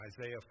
Isaiah